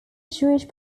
jewish